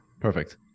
Perfect